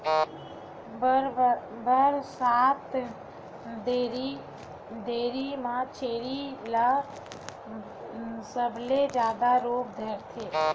बरसात दरी म छेरी ल सबले जादा रोग धरथे